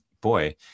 boy